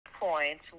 points